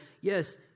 yes